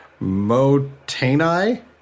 Motani